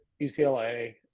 UCLA